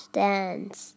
dance